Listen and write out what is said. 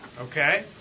okay